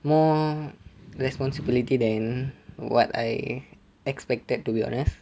more responsibility than what I expected to be honest